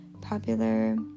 popular